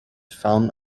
found